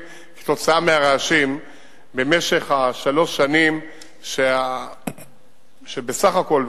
כתוצאה מהרעשים במשך שלוש השנים שבסך הכול,